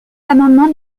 l’amendement